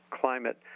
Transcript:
climate